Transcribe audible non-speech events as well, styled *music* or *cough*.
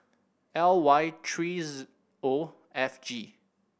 L Y three *hesitation* O F G